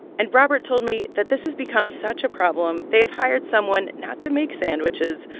and robert told me that this has become such a problem, they have hired someone not to make sandwiches,